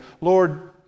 Lord